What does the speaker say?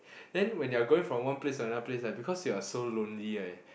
then when you are going from one place to another place right because you are so lonely right